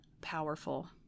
powerful